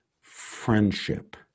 friendship